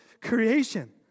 creation